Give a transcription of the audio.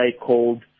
called